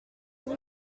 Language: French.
vous